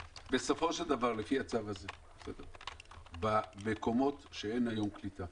בסופו של דבר לפי הצעת החוק הזאת במקומות שאין בהם היום קליטה,